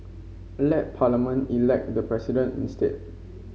let Parliament elect the President instead